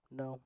no